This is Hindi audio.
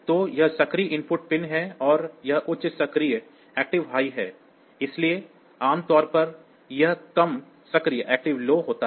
तो यह सक्रिय इनपुट पिन है और यह उच्च सक्रिय है इसलिए आम तौर पर यह कम सक्रिय होता है